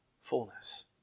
fullness